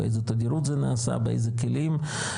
באיזו תאגידים זה נעשה ובאיזו כלים.